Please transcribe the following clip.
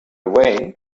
way